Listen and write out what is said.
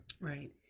Right